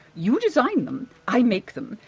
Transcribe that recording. you design them, i make them,